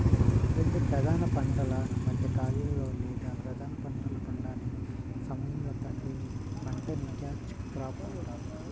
రెండు ప్రధాన పంటల మధ్య ఖాళీలో లేదా ప్రధాన పంటలు పండని సమయంలో పండే పంటని క్యాచ్ క్రాప్ అంటారు